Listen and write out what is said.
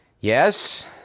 Yes